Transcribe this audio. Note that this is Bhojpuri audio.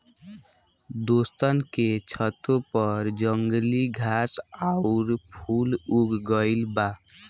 दोस्तन के छतों पर जंगली घास आउर फूल उग गइल बा